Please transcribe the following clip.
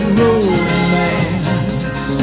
romance